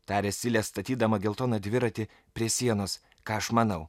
tarė silė statydama geltoną dviratį prie sienos ką aš manau